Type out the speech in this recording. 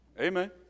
Amen